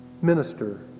Minister